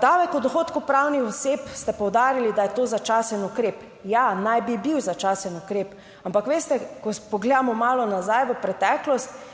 Davek od dohodkov pravnih oseb ste poudarili, da je to začasen ukrep. Ja, naj bi bil začasen ukrep, ampak veste, ko pogledamo malo nazaj v preteklost,